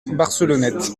barcelonnette